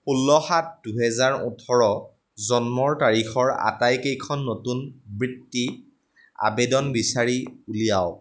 ষোল্ল সাত দুহেজাৰ ওঠৰ জন্মৰ তাৰিখৰ আটাইকেইখন নতুন বৃত্তি আবেদন বিচাৰি উলিয়াওক